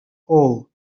all